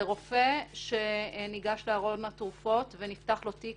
זה רופא שניגש לארון התרופות ונפתח לו תיק